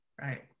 Right